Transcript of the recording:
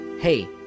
hey